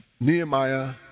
Nehemiah